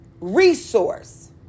resource